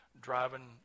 driving